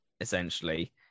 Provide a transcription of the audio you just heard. Essentially